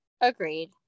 Agreed